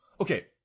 Okay